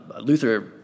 Luther